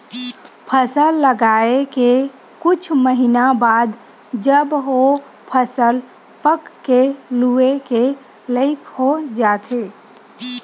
फसल लगाए के कुछ महिना बाद जब ओ फसल पक के लूए के लइक हो जाथे